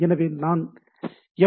எனவே நான் எஃப்